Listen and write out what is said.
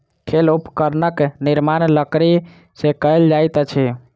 खेल उपकरणक निर्माण लकड़ी से कएल जाइत अछि